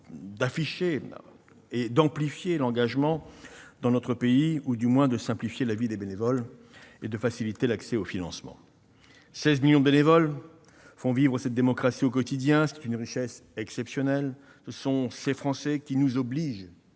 affichée d'amplifier l'engagement dans notre pays ou, du moins, de simplifier la vie des bénévoles et de faciliter l'accès aux financements. Le fait que 16 millions de bénévoles fassent vivre cette démocratie au quotidien est une richesse exceptionnelle pour la France. Ces Français nous obligent,